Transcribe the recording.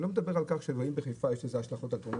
אני לא מדבר על כך שבחיפה יש לזה השלכות על תאונות